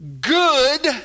good